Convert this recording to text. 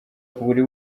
buri